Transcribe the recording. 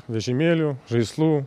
vežimėlių žaislų